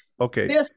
Okay